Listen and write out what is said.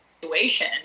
situation